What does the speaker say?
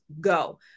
go